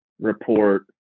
report